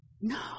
No